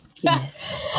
Yes